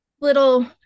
little